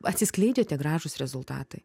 atsiskleidžia tie gražūs rezultatai